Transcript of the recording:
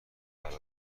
برای